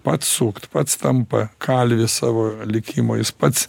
pats sukt pats tampa kalvis savo likimo jis pats